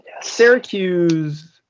Syracuse